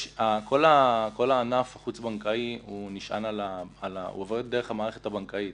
כל הענף החוץ-בנקאי עובר דרך המערכת הבנקאית.